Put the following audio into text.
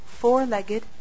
four-legged